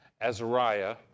Azariah